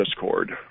discord